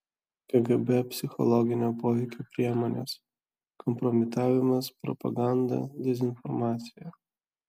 kgb psichologinio poveikio priemonės kompromitavimas propaganda dezinformacija